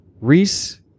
Reese